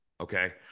okay